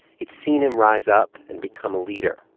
he'd seen him rise up and become a leader.